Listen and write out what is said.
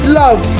love